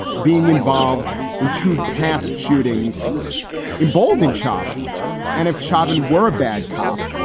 being involved in two past shootings emboldened schavan and if schavan were a bad cop.